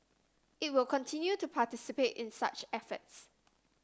it will continue to participate in such efforts